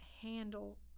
handle